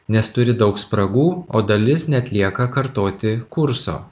nes turi daug spragų o dalis net lieka kartoti kurso